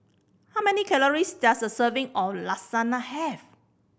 how many calories does a serving of Lasagna have